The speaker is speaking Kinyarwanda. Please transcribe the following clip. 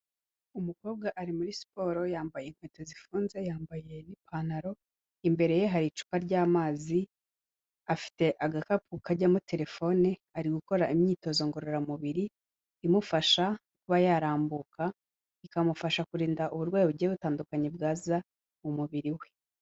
Umukobwa ari muri siporo, yambaye inkweto zifunze, yambaye ipantaro, imbere ye hari icupa ry'amazi, afite agakapu kajyamo telefone, ari gukora imyitozo ngororamubiri imufasha kuba yarambuka, ikamufasha kurinda uburwayi bugiye butandukanye bwaza mu mubiri we.